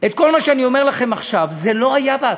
כל מה שאני אומר לכם עכשיו לא היה בהתחלה,